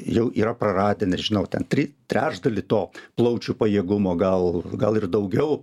jau yra praradę nežinau ten tri trečdalį to plaučių pajėgumo gal gal ir daugiau